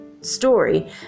story